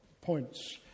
points